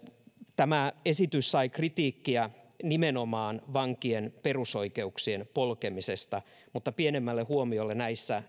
tämä esitys sai kritiikkiä nimenomaan vankien perusoikeuksien polkemisesta mutta pienemmälle huomiolle näissä